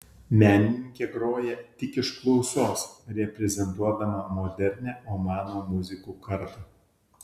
menininkė groja tik iš klausos reprezentuodama modernią omano muzikų kartą